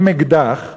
עם אקדח: